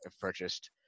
purchased